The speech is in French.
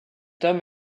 homme